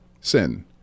Sin